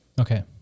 Okay